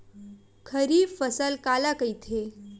खरीफ फसल काला कहिथे?